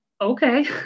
okay